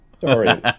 Sorry